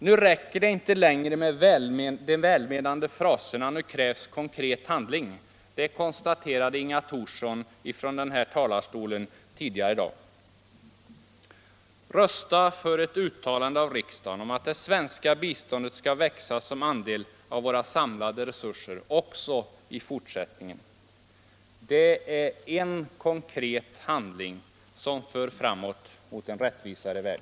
Nu räcker det inte längre med de välmenande fraserna, nu krävs konkret handling, konstaterade Inga Thorsson från den här talarstolen tidigare i dag. Rösta för ett uttalande av riksdagen om att det svenska biståndet skall växa som andel av våra samlade resurser också i fortsättningen! Det är en konkret handling som för framåt mot en rättvisare värld.